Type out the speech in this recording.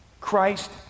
Christ